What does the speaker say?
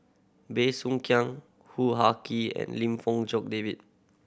Bey Soo Khiang Hoo Ha Kay and Lim Fong Jock David